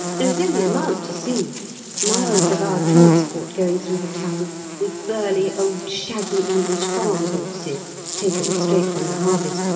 there is any amount to see miles of our transport going through the town with burly old shaggy english farm-horses, taken straight from the harvest,